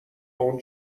اون